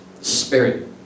Spirit